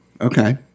Okay